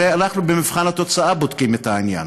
הרי אנחנו במבחן התוצאה בודקים את העניין,